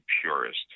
purist